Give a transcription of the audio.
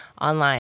online